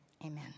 Amen